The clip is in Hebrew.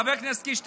חבר הכנסת קיש,